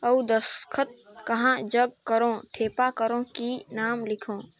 अउ दस्खत कहा जग करो ठेपा करो कि नाम लिखो?